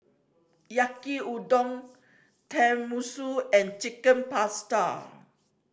Yaki Udon Tenmusu and Chicken Pasta